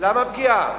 למה פגיעה?